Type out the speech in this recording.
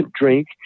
drink